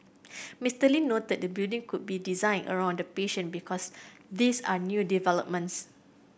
Mister Lee noted the building could be designed around the patient because these are new developments